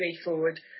straightforward